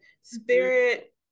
Spirit